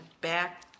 back